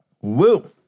Woo